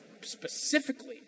specifically